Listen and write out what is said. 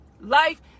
Life